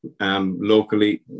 Locally